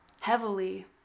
heavily